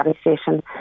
Station